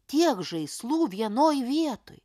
tiek žaislų vienoj vietoj